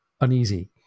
uneasy